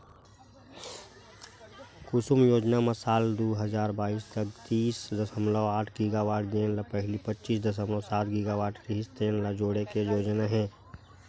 कुसुम योजना म साल दू हजार बाइस तक तीस दसमलव आठ गीगावाट जेन ल पहिली पच्चीस दसमलव सात गीगावाट रिहिस तेन ल जोड़े के योजना हे